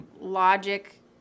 Logic